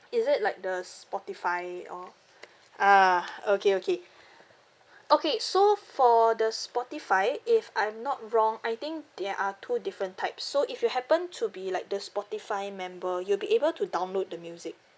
is it like the Spotify orh ah okay okay okay so for the Spotify if I'm not wrong I think there are two different types so if you happen to be like the Spotify member you'll be able to download the music